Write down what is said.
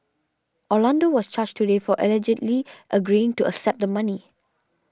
Orlando was charged today for allegedly agreeing to accept the money